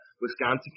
Wisconsin